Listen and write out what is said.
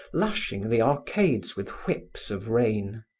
lashing the arcades with whips of rain.